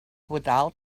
without